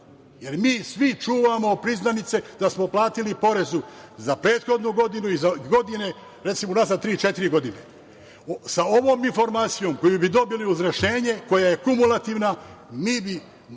jer mi svi čuvamo priznanice da smo platili porez za prethodnu godinu i za godine unazad, recimo, tri, četiri godine. Sa ovom informacijom koju bi dobili uz rešenje, koja je kumulativna, mi bi